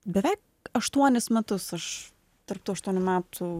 beveik aštuonis metus aš tarp tų aštuonių metų